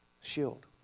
Shield